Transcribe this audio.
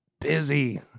busy